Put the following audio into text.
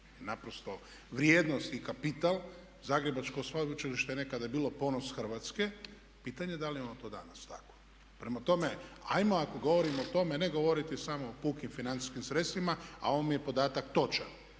naprosto vrijednost i kapital. Zagrebačko Sveučilište je nekada bilo ponos Hrvatske, pitanje je da li je ono to danas takvo. Prema tome, hajmo ako govorimo o tome ne govoriti samo o pukim financijskim sredstvima, a ovaj podatak mi